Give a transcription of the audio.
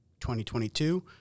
2022